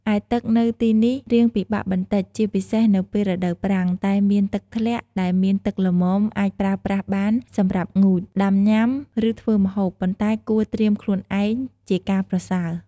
ឯទឹកនៅទីនេះ រៀងពិបាកបន្តិចជាពិសេសនៅពេលរដូវប្រាំង តែមានទឹកធ្លាក់ដែលមានទឹកល្មមអាចប្រេីប្រាស់បានសម្រាប់ងូត ដាំញុាំ ឬធ្វេីម្ហូប ប៉ុន្តែគួរត្រៀមខ្លួនឯង ជាការប្រសើរ។